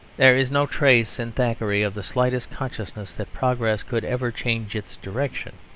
there is no trace in thackeray of the slightest consciousness that progress could ever change its direction.